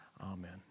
Amen